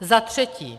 Za třetí.